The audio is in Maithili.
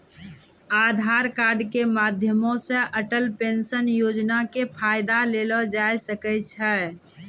आधार कार्ड के माध्यमो से अटल पेंशन योजना के फायदा लेलो जाय सकै छै